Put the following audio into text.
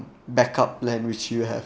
backup plan which you have